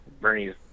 Bernie's